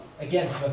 again